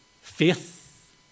faith